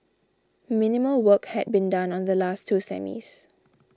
minimal work had been done on the last two semis